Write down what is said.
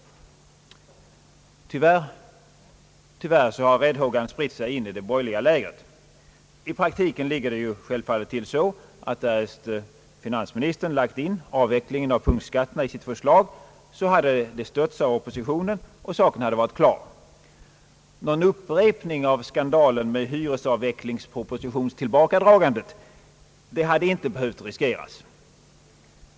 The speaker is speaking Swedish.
Tyvärr har räddhågan spritt sig in i det borgerliga lägret. I praktiken är det självfallet på det sättet, att därest finansministern i sitt förslag tagit med avvecklingen av punktskatterna, hade det stötts av oppositionen, och därmed hade saken varit klar. Någon upprepning av skandalen med hyresregleringspropositionens återkallande hade inte behövt riskeras.